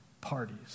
parties